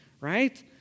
right